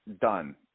done